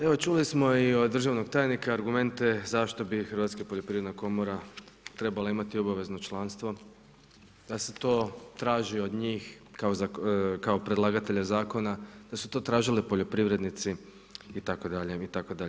Evo čuli smo i od državnog tajnika argumente zašto bi Hrvatska poljoprivredna komora trebala imati obavezno članstvo, ja sam to tražio od njih kao predlagatelje zakona, da su to tražile poljoprivrednici itd., itd.